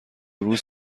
روز